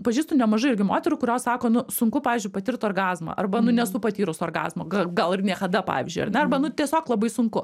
pažįstu nemažai irgi moterų kurios sako nu sunku pavyzdžiui patirt orgazmą arba nu nesu patyrus orgazmo ga gal ir niekada pavyzdžiui ar ne arba nu tiesiog labai sunku